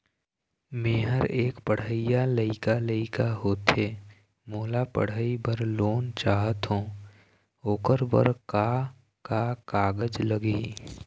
मेहर एक पढ़इया लइका लइका होथे मोला पढ़ई बर लोन चाहथों ओकर बर का का कागज लगही?